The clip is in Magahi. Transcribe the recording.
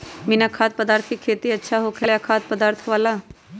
बिना खाद्य पदार्थ के खेती अच्छा होखेला या खाद्य पदार्थ वाला?